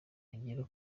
ugira